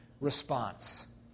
response